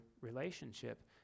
relationship